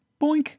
boink